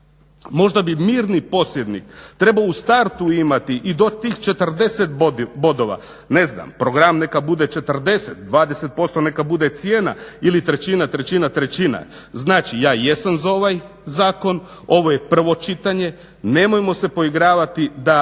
Možda bi mirni posjednik trebao u startu imati i do tih 40 bodova, ne znam program neka bude 40, 20% neka bude cijena ili trećina, trećina, trećine. Znači ja jesam za ovaj zakon, ovo je prvo čitanje. Nemojmo se poigravati da